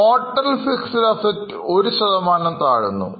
total Fixed assets ഒരു ശതമാനം താഴ്ന്നു